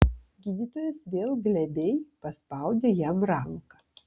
gydytojas vėl glebiai paspaudė jam ranką